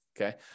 okay